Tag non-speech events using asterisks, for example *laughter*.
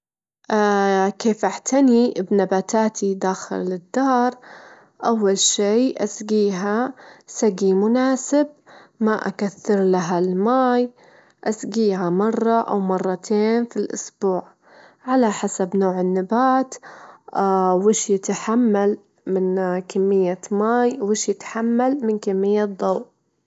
لو أجدر أسافر لبلاد أو أي مكان بالعالم أفضل أني أسافر لليابان، اليابان أحب ثقافتهم وتنظيمهم، أحب أشوف معابدهم وأحب أتعلم وأشوف عن طعامهم التقليدي، أحب أشوف هندستهم مدنهم والأنيمي *unintelligible* كله.